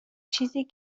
چیزی